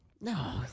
No